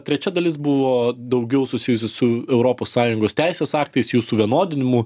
trečia dalis buvo daugiau susijusi su europos sąjungos teisės aktais jų suvienodinimu